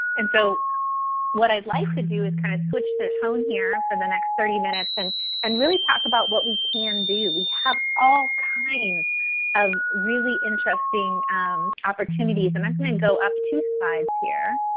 and so what i'd like to do is kind of switch the tone here for the next thirty minutes and and really talk about what we can do. we have all kinds of really interesting opportunities. and i'm going to and go up two slides here